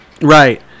Right